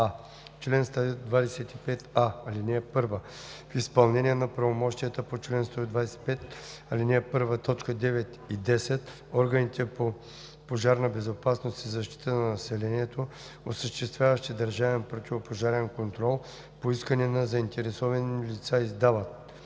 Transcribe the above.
„Чл. 125а. (1) В изпълнение на правомощията по чл. 125, ал. 1, т. 9 и 10 органите по пожарна безопасност и защита на населението, осъществяващи държавен противопожарен контрол, по искане на заинтересовани лица издават: